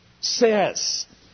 says